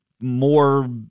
more